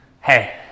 Hey